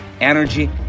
energy